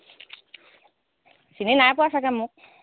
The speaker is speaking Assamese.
চিনি নাই পোৱা ছাগৈ মোক